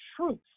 truth